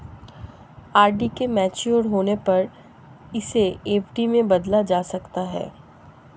RD के mature होने पर इसे एफ.डी में बदला जा सकता है